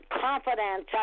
confidence